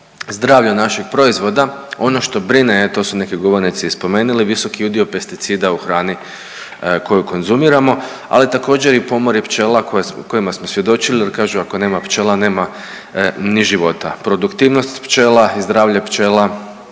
zdravlju naših proizvoda ono što brine to su neki govornici i spomenuli visoki udio pesticida u hrani koju konzumiramo, ali također i pomori pčela kojima smo svjedočili, jer ako kažu nema pčela nema ni života. Produktivnost pčela i zdravlje pčela